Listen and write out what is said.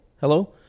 Hello